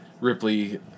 Ripley